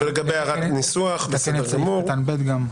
גם סעיף קטן (ב).